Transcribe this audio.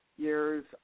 years